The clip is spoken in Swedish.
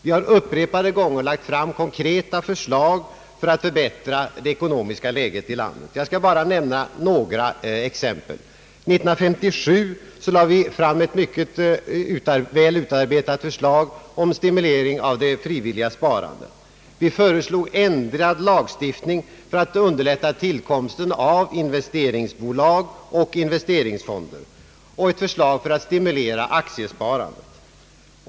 Vi har upprepade gånger lagt fram konkreta förslag i syfte att förbättra det ekonomiska läget i landet. Jag skall bara nämna några exempel. År 1957 presenterade vi ett mycket väl utarbetat förslag om stimulering av det frivilliga sparandet. Vi föreslog ändrad lagstiftning för att underlätta tillkomsten av investeringsbolag och investeringsfonder samt stimulera aktiesparandet.